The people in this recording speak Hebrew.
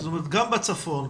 גם בצפון,